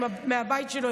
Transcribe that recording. מהבית שלו,